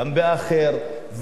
גם באחר,